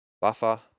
buffer